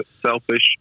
selfish